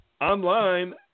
online